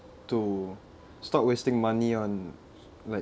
to stop wasting money on like